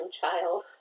child